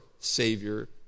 Savior